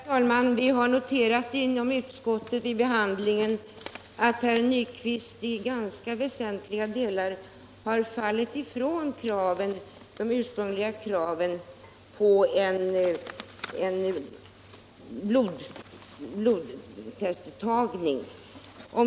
> Herr talman! Vi har noterat inom utskottet att herr Nyquist i ganska 172 väsentliga delar har fall från de ursprungliga kraven på en blodprovs tagning.